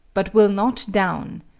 but will not down.